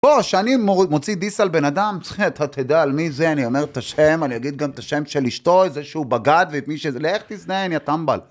בוא, כשאני מוציא דיס על בן אדם, צריך, אתה תדע על מי זה, אני אומר את השם, אני אגיד גם את השם של אשתו, את זה שהוא בגד, ואת מי שזה. לך תזדיין, יא טמבל.